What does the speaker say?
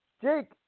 Jake